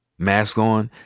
masks on,